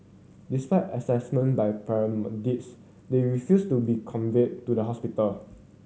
despite assessment by paramedics they refused to be conveyed to the hospital